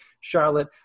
Charlotte